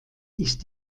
ist